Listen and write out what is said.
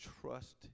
trust